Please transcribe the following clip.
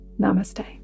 namaste